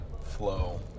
flow